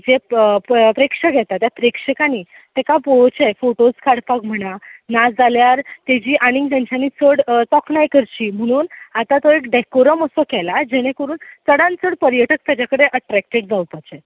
जें प्रेक्षक येता त्या प्रेक्षकांनी ताका पळोवचें फोटोस काडपाक म्हणा नाजाल्यार तेजी आनी तेच्यांनी चड तोखणाय करची म्हणून आतां थंय डेकोरम असो केला जेणे करून चडान चड पर्यटक तेजे कडेन अट्रेक्टेड जावपाचे